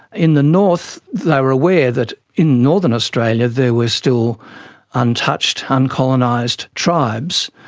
in the north they were aware that in northern australia there were still untouched, uncolonised tribes,